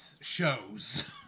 shows